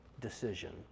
decision